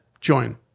join